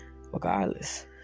regardless